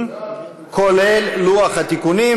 כולל לוח התיקונים.